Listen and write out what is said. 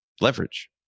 leverage